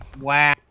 Wow